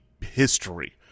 history